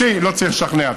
אותי לא צריך לשכנע.